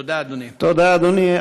תודה, אדוני.